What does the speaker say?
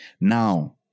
Now